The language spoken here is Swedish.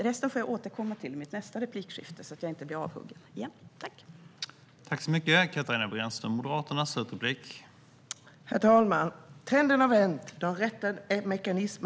Resten får jag återkomma till i mitt nästa replikskifte, så att jag inte blir avhuggen igen.